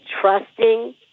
trusting